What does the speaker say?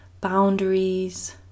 boundaries